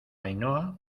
ainhoa